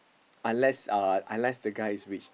unless uh unless the guy is rich